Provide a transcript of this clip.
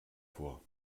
vor